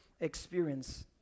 Experience